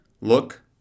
look